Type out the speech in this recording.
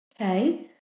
Okay